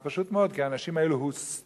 זה פשוט מאוד: כי האנשים האלה הוסתו.